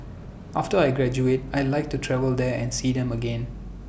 after I graduate I'd like to travel there and see them again